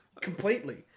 Completely